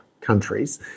countries